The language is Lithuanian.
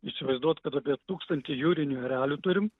įsivaizduot kad apie tūkstantį jūrinių erelių turim